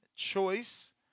choice